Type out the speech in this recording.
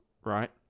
right